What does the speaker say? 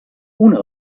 una